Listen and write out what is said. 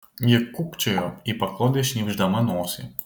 ji kūkčiojo į paklodę šnypšdama nosį